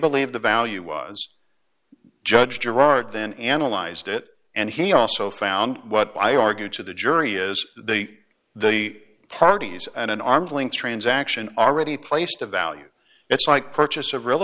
believe the value was judge gerard then analyzed it and he also found what i argue to the jury is they the parties and an arm's length transaction already placed a value that's like purchase of real